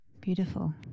Beautiful